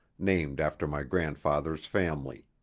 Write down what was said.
named after my grandfather's family.